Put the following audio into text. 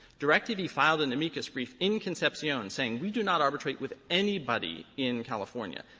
directv filed an amicus brief in concepcion saying we do not arbitrate with anybody in california.